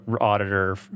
auditor